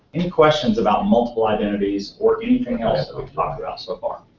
any questions about multiple identities, or anything else that we've talked about so far?